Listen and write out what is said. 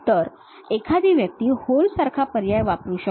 तर एखादी व्यक्ती होल सारखा पर्याय वापरू शकतो